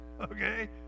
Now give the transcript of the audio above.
Okay